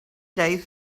days